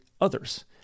others